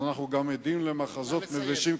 אנחנו גם עדים למחזות מבישים,